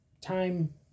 time